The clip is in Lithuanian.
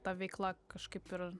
ta veikla kažkaip ir